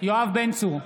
יואב בן צור,